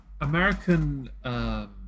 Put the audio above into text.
American